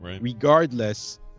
regardless